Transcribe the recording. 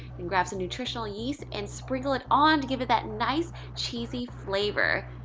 and grab some nutritional yeast and sprinkle it on to give it that nice cheesy flavor.